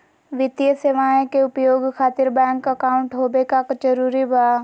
वित्तीय सेवाएं के उपयोग खातिर बैंक अकाउंट होबे का जरूरी बा?